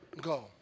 go